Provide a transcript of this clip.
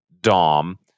Dom